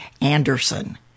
Anderson